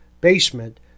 basement